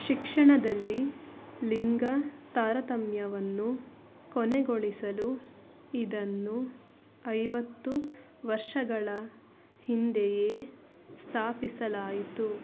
ಶಿಕ್ಷಣದಲ್ಲಿ ಲಿಂಗ ತಾರತಮ್ಯವನ್ನು ಕೊನೆಗೊಳಿಸಲು ಇದನ್ನು ಐವತ್ತು ವರ್ಷಗಳ ಹಿಂದೆಯೇ ಸ್ಥಾಪಿಸಲಾಯಿತು